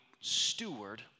steward